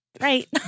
right